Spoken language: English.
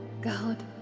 God